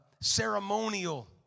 ceremonial